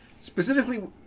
Specifically